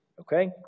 Okay